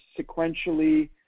sequentially